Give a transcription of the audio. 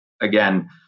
again